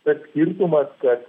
tas skirtumas kad